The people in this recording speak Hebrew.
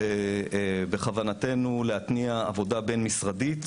ובכוונתנו להתניע עבודה בין-משרדית